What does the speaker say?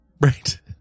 right